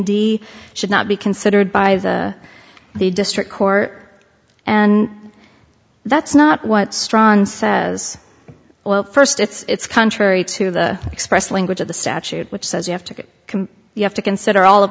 d should not be considered by the district court and that's not what strong says well first it's contrary to the expressed language of the statute which says you have to get you have to consider all